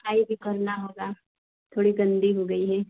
सफ़ाई भी करना होगा थोड़ी गंदी हो गई है